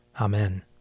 Amen